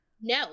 No